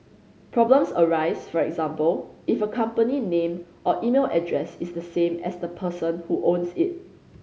problems arise for example if a company name or email address is the same as the person who owns it